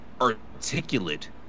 articulate